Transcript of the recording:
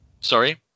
Sorry